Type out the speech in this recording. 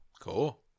Cool